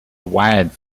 wide